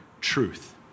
truth